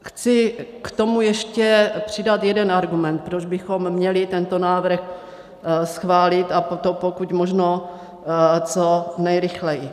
Chci k tomu ještě přidat jeden argument, proč bychom měli tento návrh schválit, a to pokud možno co nejrychleji.